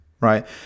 right